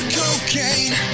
cocaine